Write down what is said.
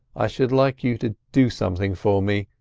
i should like you to do something for me.